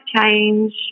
change